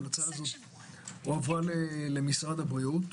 שהועברה למשרד הבריאות,